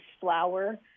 flour